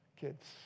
kids